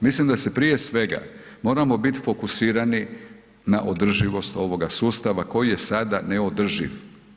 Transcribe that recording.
Mislim da se prije svega moramo biti fokusirani na održivost ovoga sustava koji je sada neodrživ.